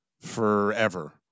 forever